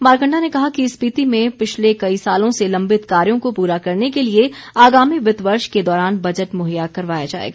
मारकंडा ने कहा कि स्पिति में पिछले कई सालों से लंबित कार्यों को पूरा करने के लिए आगामी वित्त वर्ष के दौरान बजट मुहैया करवाया जाएगा